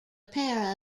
pair